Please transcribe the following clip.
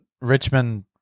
Richmond